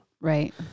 right